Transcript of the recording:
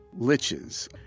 Liches